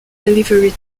delivery